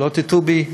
שלא תטעו בי.